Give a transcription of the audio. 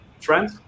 trend